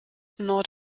gnawed